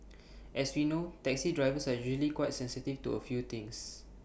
as we know taxi drivers are usually quite sensitive to A few things